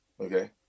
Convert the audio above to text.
Okay